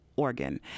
Organ